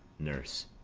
nurse.